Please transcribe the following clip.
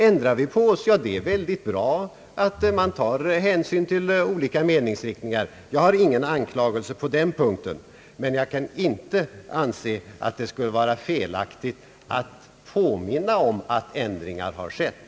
Ändrar man sig och tar hänsyn till olika meningsriktningar är det mycket bra, och jag har ingen anklagelse på den punkten. Men jag kan inte anse att det skulle vara felaktigt att påminna om att ändringar har skett.